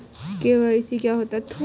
KYC क्या होता है?